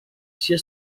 sia